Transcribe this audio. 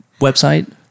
website